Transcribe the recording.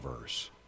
verse